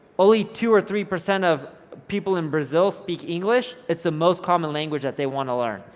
only two or three percent of people in brazil speak english. it's the most common language that they wanna learn,